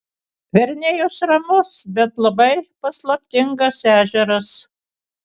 verniejus ramus bet labai paslaptingas ežeras